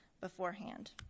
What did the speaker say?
beforehand